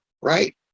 right